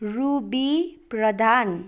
ruby Pradhan